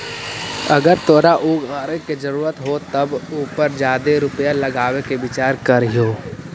अगर तोरा ऊ गाड़ी के जरूरत हो तबे उ पर जादे रुपईया लगाबे के विचार करीयहूं